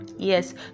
Yes